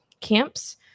camps